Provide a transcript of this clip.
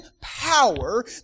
power